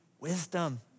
wisdom